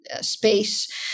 space